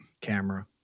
camera